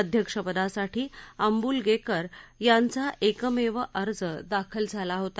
अध्यक्षपदासाठी आंबूलगेकर यांचा एकमेव अर्ज दाखल झाला होता